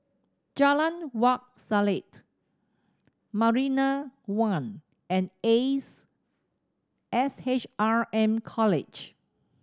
Jalan Wak Selat Marina One and Ace S H R M College